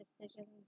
decisions